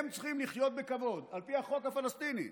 הם צריכים לחיות בכבוד על פי החוק הפלסטיני.